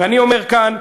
ואני אומר כאן,